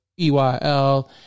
EYL